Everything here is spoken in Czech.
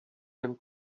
jen